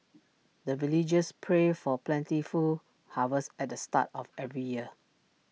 the villagers pray for plentiful harvest at the start of every year